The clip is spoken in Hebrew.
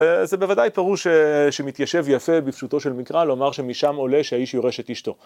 זה בוודאי פירוש שמתיישב יפה בפשוטו של מקרא, לומר שמשם עולה שהאיש יורש את אשתו.